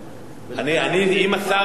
אם השר הנמצא פה,